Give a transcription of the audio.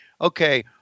okay